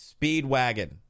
Speedwagon